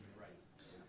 right